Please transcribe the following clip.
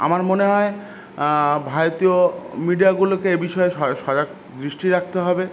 আমার মনে হয় ভারতীয় মিডিয়াগুলোকে এ বিষয়ে সজা সজাগ দৃষ্টি রাখতে হবে